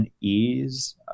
ease